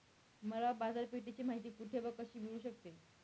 मला बाजारपेठेची माहिती कुठे व कशी मिळू शकते?